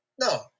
no